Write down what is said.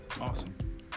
Awesome